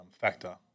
factor